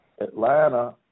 Atlanta